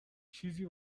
چیزی